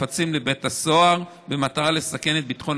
מה שקורה אצל רואי החשבון, שהגוף שיכול לדון